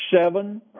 seven